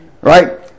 right